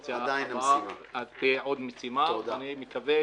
בקדנציה הבאה תהיה עוד משימה ואני מקווה